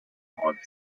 heart